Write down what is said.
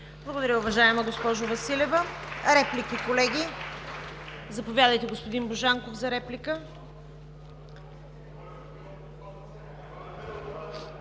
Благодаря, уважаема госпожо Василева. Реплики, колеги? Заповядайте, господин Божанков, за реплика.